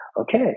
Okay